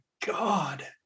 God